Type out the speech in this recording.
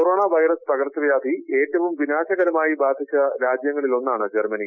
corona virus പകർച്ചാവ്യാധി ഏറ്റവും വിനാശകരമായി ബാധിച്ച രാജ്യങ്ങളിലൊന്നാണ് ജർമ്മനി